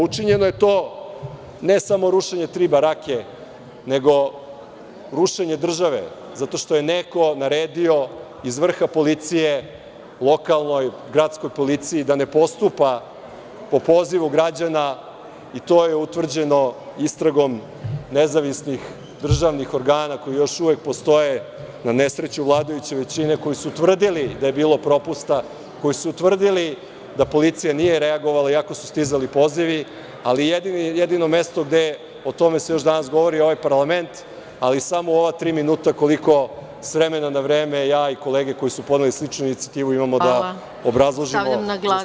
Učinjeno je to, ne samo rušenje tri barake, nego rušenje države, zato što je neko naredio iz vrha policije, lokalnoj, gradskoj policiji da ne postupa po pozivu građana i to je utvrđeno istragom nezavisnih državnih organa koji još uvek postoje na nesreću vladajuće većine, koji su tvrdili da je bilo propusta, koji su tvrdili da policija nije reagovala iako su stizali pozivi, ali jedino mesto gde o tome se još danas govori je ovaj parlament, a i samo ova tri minuta koliko s vremena na vreme ja i kolege koji su podneli sličnu inicijativu, imamo da obrazložimo i da stavimo na dnevni red.